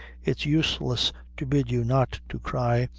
it's useless to bid you not to cry,